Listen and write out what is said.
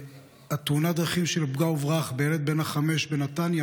שתאונת הדרכים של פגע וברח בילד בן החמש בנתניה